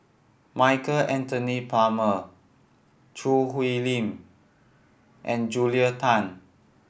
Michael Anthony Palmer Choo Hwee Lim and Julia Tan